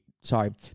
sorry